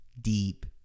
deep